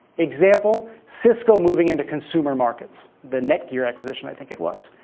example cisco moving into consumer markets, the netgear acquisition, i think it was.